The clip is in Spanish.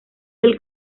del